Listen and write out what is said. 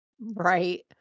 Right